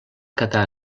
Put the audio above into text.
quedar